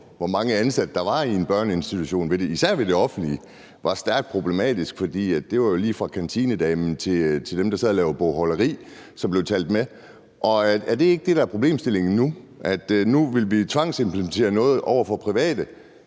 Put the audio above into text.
hvor mange ansatte der var i en børneinstitution, især i det offentlige, var stærkt problematisk, for det var jo alle lige fra kantinedamen til dem, der sidder og laver bogholderi, som blev talt med. Er det ikke det, der er problemstillingen nu, altså at vi nu vil tvangsimplementere noget over for private,